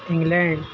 England